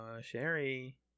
Sherry